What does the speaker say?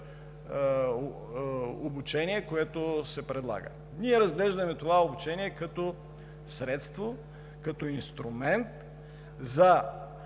обучение, което се предлага. Ние разглеждаме това обучение като средство, като инструмент за